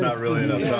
really enough time.